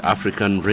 African